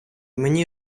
мені